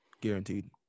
Guaranteed